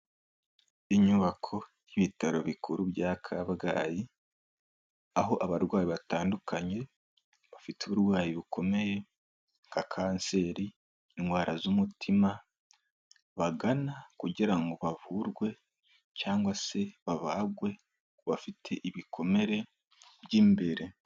Inyubako y'ibitaro bikuru bya kabgayi aho abarwayi batandukanye bafite uburwayi bukomeye nka kanseri, indwara z'umutima bagana kugira ngo bavurwe cyangwa se babagwe kubafite ibikomere by'imbere.